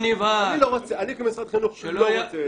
אני כמשרד חינוך לא רוצה את זה.